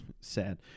Sad